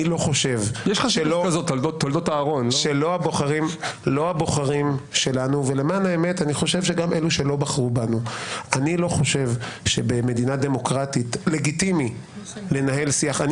אני לא חושב שבמדינה דמוקרטית לגיטימי לנהל שיח דתי כזה.